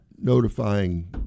notifying